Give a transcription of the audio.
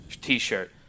t-shirt